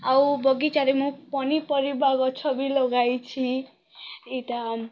ଆଉ ବଗିଚାରେ ମୁଁ ପନିପରିବା ଗଛ ବି ଲଗାଇଛି ଇଟା